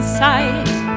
sight